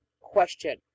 Question